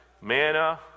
Manna